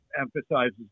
emphasizes